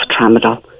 tramadol